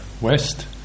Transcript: West